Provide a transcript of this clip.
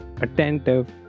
attentive